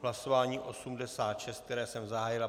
Hlasování 86, které jsem zahájil.